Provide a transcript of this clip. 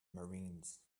marines